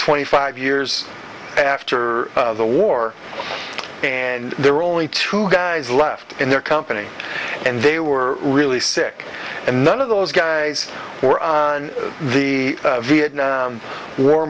twenty five years after the war and there were only two guys left in their company and they were really sick and none of those guys were in the vietnam